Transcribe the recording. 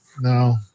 no